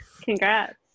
congrats